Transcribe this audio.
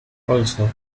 also